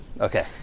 Okay